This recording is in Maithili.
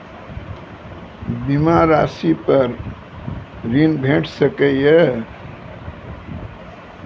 बीमा रासि पर ॠण भेट सकै ये?